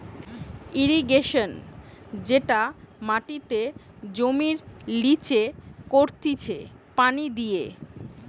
irrigation যেটা মাটিতে জমির লিচে করতিছে পানি দিয়ে